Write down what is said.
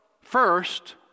first